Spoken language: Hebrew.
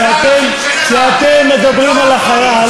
כשאתם מדברים על החייל,